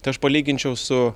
tai aš palyginčiau su